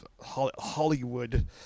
Hollywood